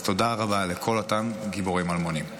אז תודה רבה לכל אותם גיבורים אלמונים.